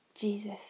Jesus